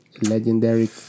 legendary